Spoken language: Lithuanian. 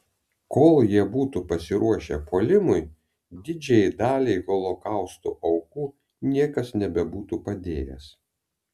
kol jie būtų pasiruošę puolimui didžiajai daliai holokausto aukų niekas nebebūtų padėjęs